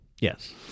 Yes